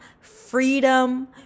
freedom